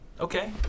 Okay